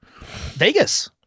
Vegas